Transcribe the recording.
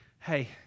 Hey